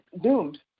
doomed